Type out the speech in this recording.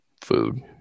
food